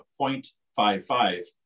0.55